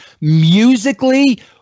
musically